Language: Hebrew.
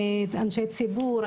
אנשי ציבור,